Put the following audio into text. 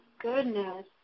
goodness